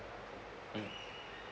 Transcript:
mm